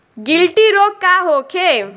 गिलटी रोग का होखे?